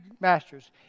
masters